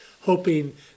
hoping